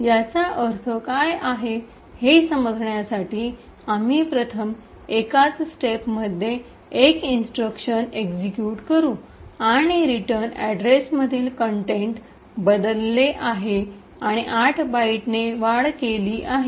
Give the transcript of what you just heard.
याचा अर्थ काय आहे हे समजण्यासाठी आम्ही प्रथम एकाच स्टेपमध्ये एक इंस्ट्रक्शन एक्सिक्यूट करू आणि रिटर्न अॅड्रेसमधील कंटेंट बदलले आहे आणि 8 बाइटने वाढ केली आहे